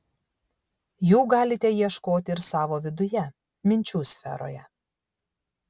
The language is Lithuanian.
jų galite ieškoti ir savo viduje minčių sferoje